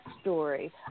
story